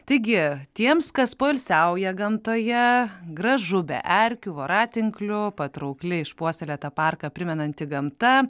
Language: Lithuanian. taigi tiems kas poilsiauja gamtoje gražu be erkių voratinklių patraukli išpuoselėtą parką primenanti gamta